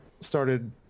started